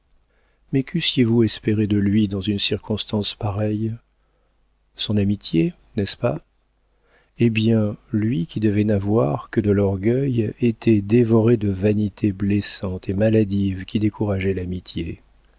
mais qu'eussiez-vous espéré de lui dans une circonstance pareille son amitié n'est-ce pas eh bien lui qui devait n'avoir que de l'orgueil était dévoré de vanités blessantes et maladives qui décourageaient l'amitié